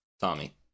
Tommy